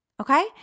Okay